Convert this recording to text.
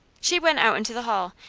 she went out into the hall,